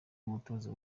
umutoza